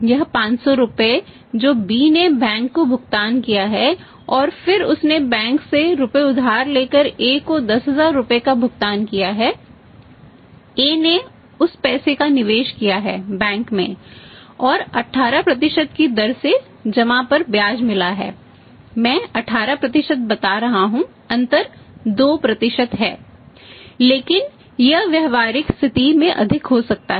यह 500 रुपये जो B ने बैंक को भुगतान किया है और फिर उसने बैंक से रुपये उधार लेकर A को 10000 रुपये का भुगतान किया है A ने उस पैसे का निवेश किया है बैंक में और 18 की दर से जमा पर ब्याज मिला है मैं 18 बता रहा हूं अंतर 2 है लेकिन यह व्यावहारिक स्थिति में अधिक हो सकता है